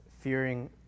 fearing